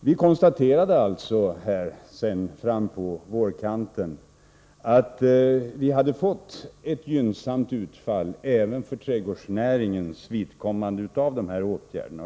Vi konstaterade alltså fram på vårkanten att vi hade fått ett gynnsamt utfall, även för trädgårdsnäringens vidkommande, av denna åtgärd.